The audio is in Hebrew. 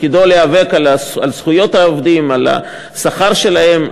תפקידו להיאבק על זכויות העובדים, על השכר שלהם.